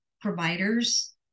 providers